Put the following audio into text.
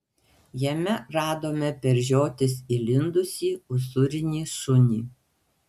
jame radome per žiotis įlindusį usūrinį šunį